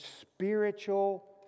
spiritual